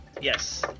Yes